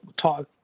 talk